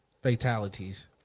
Fatalities